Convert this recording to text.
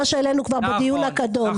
מה שהעלינו כבר בדיון הקודם.